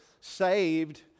saved